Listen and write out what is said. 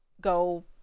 go